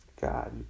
God